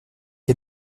est